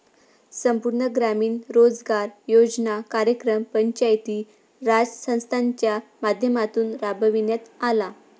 संपूर्ण ग्रामीण रोजगार योजना कार्यक्रम पंचायती राज संस्थांच्या माध्यमातून राबविण्यात आला